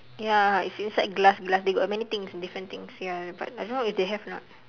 ya it's inside glass glass they got many things different things ya but I don't know if they have or not